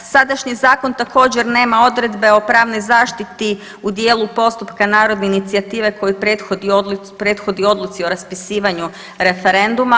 Sadašnji zakon također nema odredbe o pravnoj zaštiti u dijelu postupka narodne inicijative koji prethodi odluci o raspisivanju referenduma.